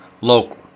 local